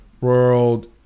world